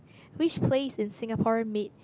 which place in Singapore made